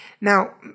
Now